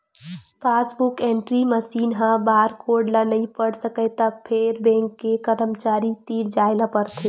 passbook entry machine ह barcode ल नइ पढ़ सकय त फेर बेंक के करमचारी तीर जाए ल परथे